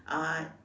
uh